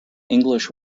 english